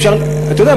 אתה יודע,